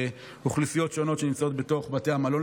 אוכלוסיות שונות שנמצאות בתוך בתי המלון,